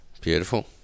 Beautiful